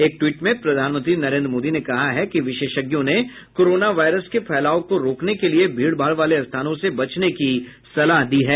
एक ट्वीट में प्रधानमंत्री नरेन्द्र मोदी ने कहा है कि विशेषज्ञों ने कोरोना वायरस के फैलाव को रोकने के लिए भीडभाड़ वाले स्थानों से बचने की सलाह दी है